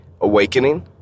awakening